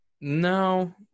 No